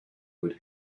would